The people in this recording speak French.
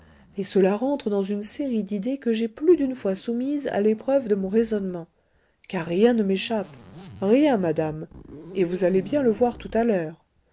et cela rentre dans une série d'idées que j'ai plus d'une fois soumises à l'épreuve de mon raisonnement car rien ne m'échappe rien madame et vous allez bien le voir tout à l'heure